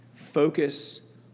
Focus